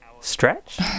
Stretch